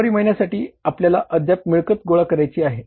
February महिन्यासाठी आपल्याला अद्याप मिळकत गोळा करायची आहे